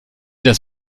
das